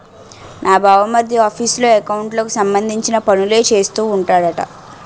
నా బావమరిది ఆఫీసులో ఎకౌంట్లకు సంబంధించిన పనులే చేస్తూ ఉంటాడట